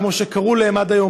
כמו שקראו להם עד היום,